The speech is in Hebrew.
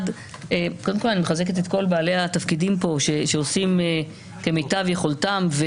קודם כל אני מחזקת את כל בעלי התפקידים פה שעושים כמיטב יכולתם.